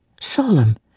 Solemn